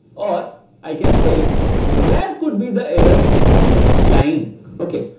or i can say where could be the errors lying okay,